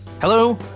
Hello